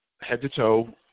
head-to-toe